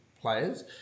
players